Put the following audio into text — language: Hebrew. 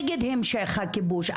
נגד המשך הכיבוש,